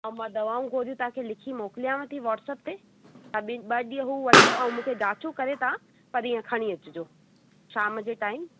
ऐं मां दवाऊं गोरियूं तव्हांखे लिखी मोकिलियांव थी वॉट्सप ते तव्हां ॿिए ॿ ॾींहं हू वठो ऐं मूंखे जांचूं करे तव्हां परीहं खणी अचिजो शाम जे टाइम